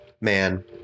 man